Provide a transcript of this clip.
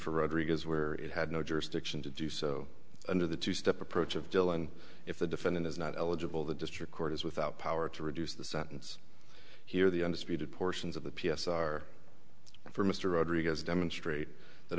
for rodriguez where it had no jurisdiction to do so under the two step approach of dillon if the defendant is not eligible the district court is without power to reduce the sentence here the undisputed portions of the p s are for mr rodriguez demonstrate that